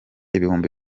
ibihumbi